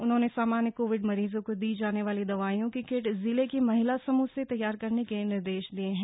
उन्होने सामान्य कोविड मरीजों को दी जाने वाली दवाईयों की किट जिले की महिला समूह से तैयार करने के निर्देश दिये है